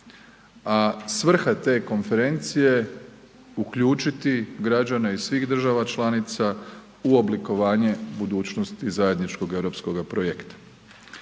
A svrha te konferencije je uključiti građane iz svih država članica u oblikovanje budućnosti i zajedničkog europskog projekta.